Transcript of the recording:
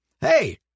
hey